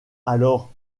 alors